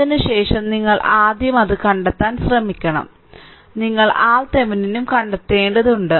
അതിനുശേഷം നിങ്ങൾ ആദ്യം അത് കണ്ടെത്താൻ ശ്രമിക്കണം അതിനുശേഷം നിങ്ങളുടെ RThevenin ഉം കണ്ടെത്തേണ്ടതുണ്ട്